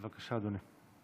בבקשה, אדוני.